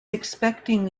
expecting